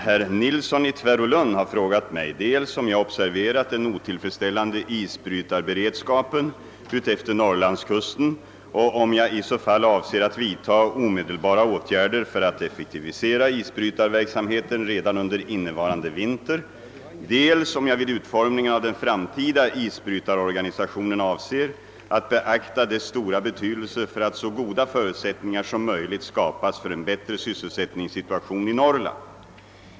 Herr Nilsson i Tvärålund har frågat mig dels om jag observerat den otillfredsställande isbrytarberedskapen utefter Norrlandskusten och om jag i så fall avser att vidta omedelbara åtgärder för att effektivisera isbrytarverksamheten redan under innevarande vinter, dels om jag vid utformningen av den framtida isbrytarorganisationen avser att beakta dess stora betydelse för att så goda förutsättningar som möjligt skapas för en bättre sysselsättningssituation i Norrland.